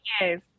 yes